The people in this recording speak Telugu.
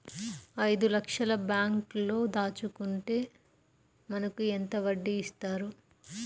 ఐదు లక్షల బ్యాంక్లో దాచుకుంటే మనకు ఎంత వడ్డీ ఇస్తారు?